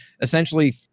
essentially